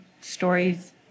stories